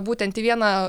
būtent į vieną